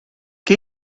che